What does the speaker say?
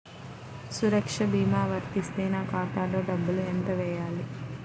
సురక్ష భీమా వర్తిస్తే నా ఖాతాలో డబ్బులు ఎంత వేయాలి?